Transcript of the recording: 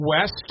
west